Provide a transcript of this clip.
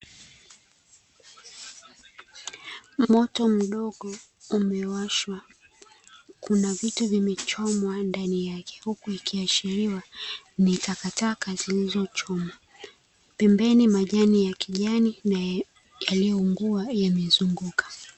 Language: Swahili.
Moto mdogo umewashwa, kuna vitu vimechomwa ndani yake, huku ikiashiriwa ni takataka zilizochomwa. Pembeni majani ya kijani na yaliyoungua yamezunguka.